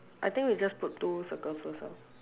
I think you just put two circles first lor